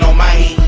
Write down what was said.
so my